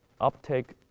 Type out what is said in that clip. uptake